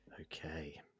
Okay